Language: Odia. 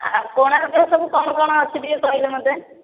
ଆଉ କୋଣାର୍କରେ ସବୁ କଣ କଣ ଅଛି ଟିକିଏ କହିଲେ ମୋତେ